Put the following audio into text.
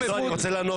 לא, אני רוצה לענות.